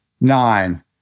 nine